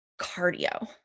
Cardio